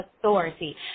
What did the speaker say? Authority